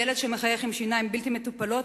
ילד שמחייך עם שיניים בלתי מטופלות